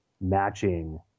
matching